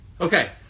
Okay